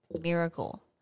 miracle